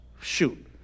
Shoot